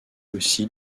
aussi